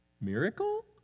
miracle